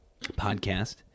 podcast